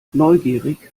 neugierig